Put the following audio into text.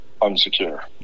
unsecure